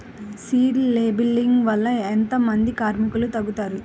Seed లేంబింగ్ వల్ల ఎంత మంది కార్మికులు తగ్గుతారు?